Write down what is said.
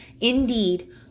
indeed